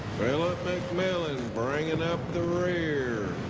phillip mcmillan bringing up the rear.